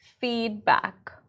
feedback